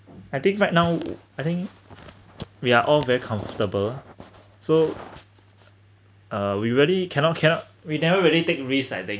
I think right now I think we are all very comfortable so uh we really cannot cannot we never really take risk I think